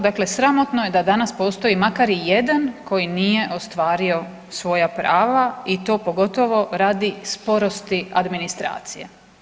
Dakle, sramotno je da danas postoji makar i jedan koji nije ostvario svoja prava i to pogotovo radi sporosti administracije.